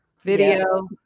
video